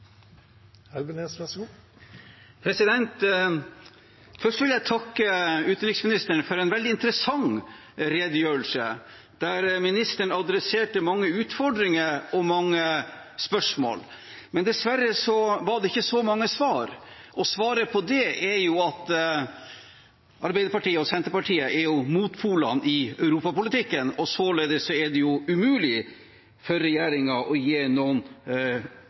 Først vil jeg takke utenriksministeren for en veldig interessant redegjørelse, der hun adresserte mange utfordringer og mange spørsmål. Dessverre var det ikke så mange svar. Og grunnen til det er at Arbeiderpartiet og Senterpartiet er motpolene i Europa-politikken, og således er det umulig for regjeringen å gi noen